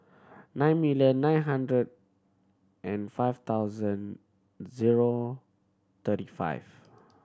nine million nine hundred and five thousand zero thirty five